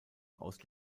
aus